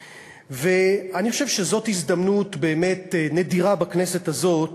ואני חושב שזאת הזדמנות נדירה בכנסת הזאת